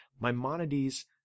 Maimonides